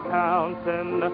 counting